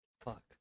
Fuck